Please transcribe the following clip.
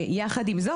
ויחד עם זאת,